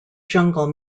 jungle